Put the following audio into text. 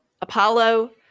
Apollo